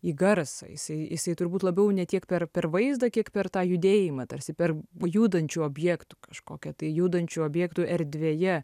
į garsą jisai jisai turbūt labiau ne tiek per per vaizdą kiek per tą judėjimą tarsi per judančių objektų kažkokią tai judančių objektų erdvėje